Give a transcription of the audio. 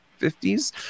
50s